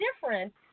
different